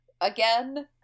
again